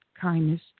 kindness